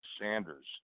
Sanders